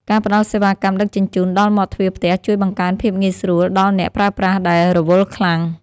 ការផ្តល់សេវាកម្មដឹកជញ្ជូនដល់មាត់ទ្វារផ្ទះជួយបង្កើនភាពងាយស្រួលដល់អ្នកប្រើប្រាស់ដែលរវល់ខ្លាំង។